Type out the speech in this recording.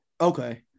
Okay